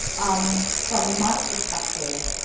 um from my perspective,